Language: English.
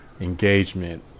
engagement